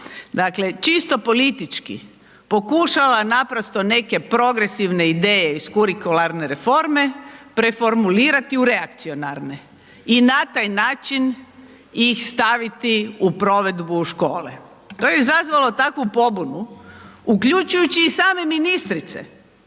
čisto politički pokušala naprosto neke progresivne ideje iz kurikularne reforme preformulirati u reakcionarne i na taj ih staviti u provedbu u škole. To je izazvalo takvu pobunu, uključujući i same ministrice